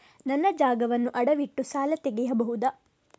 ನನ್ನ ಜಾಗವನ್ನು ಅಡವಿಟ್ಟು ಸಾಲ ತೆಗೆಯಬಹುದ?